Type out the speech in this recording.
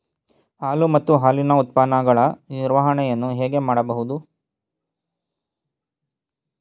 ಹಾಲು ಮತ್ತು ಹಾಲಿನ ಉತ್ಪನ್ನಗಳ ನಿರ್ವಹಣೆಯನ್ನು ಹೇಗೆ ಮಾಡಬಹುದು?